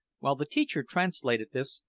while the teacher translated this,